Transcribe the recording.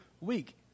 week